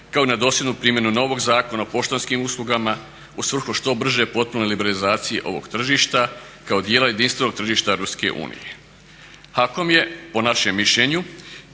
kao i na dosljednu primjenu novog Zakona o poštanskim uslugama u svrhu što brže potpune liberalizacije ovog tržišta kao dijela jedinstvenog tržišta EU. HAKOM je po našem mišljenju